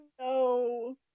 no